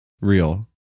Real